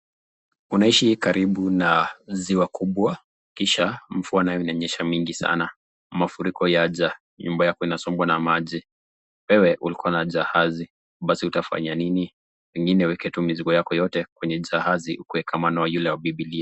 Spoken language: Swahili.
Unaishi karibu na ziwa kubwa kisha mvua nayo inanyesha mingi sana. Mafuriko yaja. Nyumba yako inasombwa na maji. Wewe ulikuwa na jahazi, basi utafanya nini? Pengine uweke tu mizigo yako yote kwenye jahazi ukue kama yule wa Bibilia.